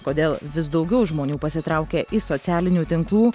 kodėl vis daugiau žmonių pasitraukia i socialinių tinklų